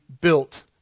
built